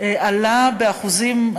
עלה באחוזים,